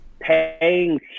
paying